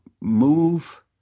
move